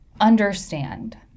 understand